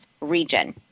region